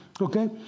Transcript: okay